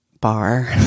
bar